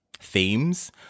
themes